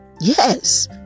Yes